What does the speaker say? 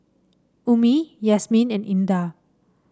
Ummi Yasmin and Indah